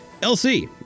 LC